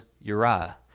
Uriah